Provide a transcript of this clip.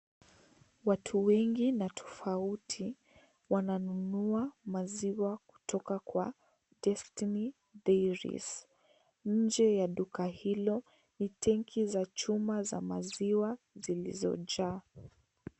Watu wengi na tofauti wananunua maziwa kutoka kwa (cs)Destiny Dairies(cs). Nje ya duka hilo ni tenki za chuma za maziwa zilizoja.